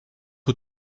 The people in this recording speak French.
eux